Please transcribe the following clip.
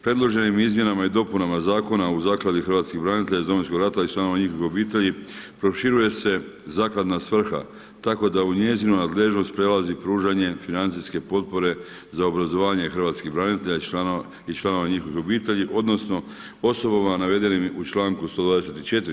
Predloženim izmjenama i dopunama Zakona o Zakladi hrvatskih branitelja iz Domovinskog rata i članova njihovih obitelji proširuje se zakladna svrha, tako da u njezinu nadležnost prelazi pružanje financijske potpore za obrazovanje hrvatskih branitelja i članova njihovih obitelji, odnosno osobama navedenim u članku 124.